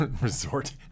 resort